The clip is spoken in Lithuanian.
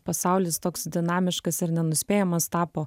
pasaulis toks dinamiškas ir nenuspėjamas tapo